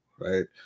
right